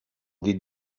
dit